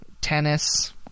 tennis